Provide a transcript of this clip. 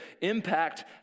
impact